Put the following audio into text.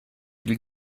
viel